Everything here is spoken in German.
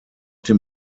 dem